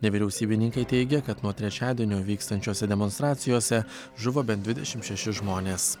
nevyriausybininkai teigia kad nuo trečiadienio vykstančiose demonstracijose žuvo bent dvidešim šeši žmonės